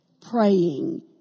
praying